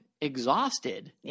exhausted